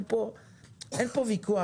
אין כאן מיקוח.